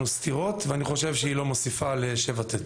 סטירות ואני חושב שהיא לא מוסיפה ל-7ט.